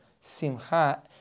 simcha